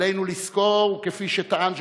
עלינו לזכור, כפי שטען ז'בוטינסקי,